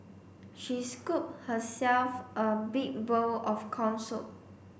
she scooped herself a big bowl of corn soup